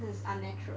cause is unnatural